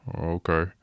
okay